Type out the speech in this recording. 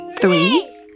Three